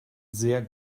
sehr